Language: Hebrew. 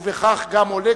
ובכך גם עולה,